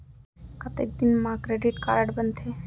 कतेक दिन मा क्रेडिट कारड बनते?